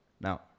now